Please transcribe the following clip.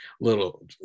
little